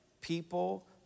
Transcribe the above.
people